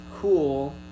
cool